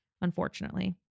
unfortunately